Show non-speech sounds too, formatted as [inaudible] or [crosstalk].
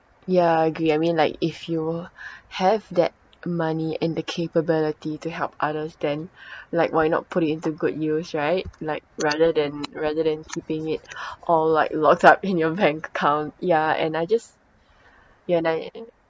yeah I agree I mean like if you have that money and the capability to help others then like why not put it into good use right like rather than rather than keeping it [breath] all like locked up in your bank account yeah and I just ya and I